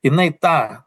jinai tą